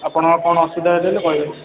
ଆପଣଙ୍କର କ'ଣ ଅସୁବିଧା ହେଉଛି ବୋଲେ କହିବେ